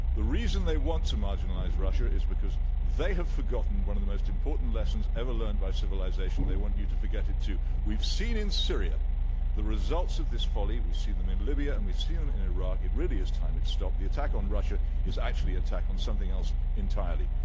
the reason they want to marginalize russia is because they have forgotten one of the most important lessons ever learned by civilization. they want you to forget it, too. we've seen in syria the results of this folly. we've seen them in libya. and we see them in iraq. it really is time it stop. the attack on russia is actually attack on something else entirely.